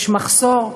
יש מחסור.